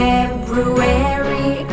February